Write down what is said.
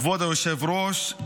כבוד היושב-ראש,